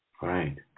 right